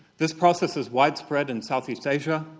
this process is widespread in southeast asia,